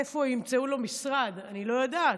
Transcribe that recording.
איפה ימצאו לו משרד, אני לא יודעת.